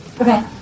Okay